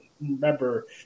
remember